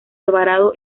alvarado